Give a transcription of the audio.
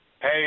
Hey